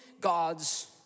God's